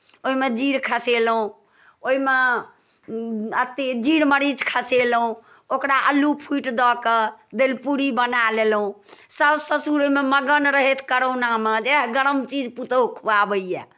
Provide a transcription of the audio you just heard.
ओहिमे जीर खसेलहुँ ओहिमे अथि जीर मरीच खसेलहुँ ओकरा अल्लू फूटि दऽ कऽ दालि पूरी बनाए लेलहुँ सासु ससुर ओहिमे मगन रहथि करोनामे जे एह गरम चीज पुतहु खुआबैए